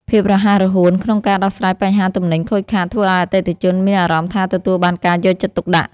ភាពរហ័សរហួនក្នុងការដោះស្រាយបញ្ហាទំនិញខូចខាតធ្វើឱ្យអតិថិជនមានអារម្មណ៍ថាទទួលបានការយកចិត្តទុកដាក់។